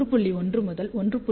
1 முதல் 1